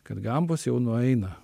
kad gambos jau nueina